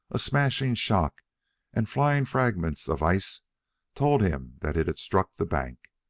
a smashing shock and flying fragments of ice told him that it had struck the bank.